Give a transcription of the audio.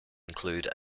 include